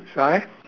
sorry